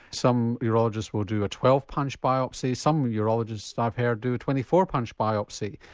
some urologists will do a twelve punch biopsy, some urologists i've heard do a twenty four punch biopsy.